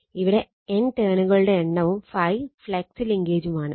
ഇവിടെ N ടേണുകളുടെ എണ്ണവും ∅ ഫ്ളക്സ് ലിങ്കേജുമാണ്